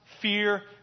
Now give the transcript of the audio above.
fear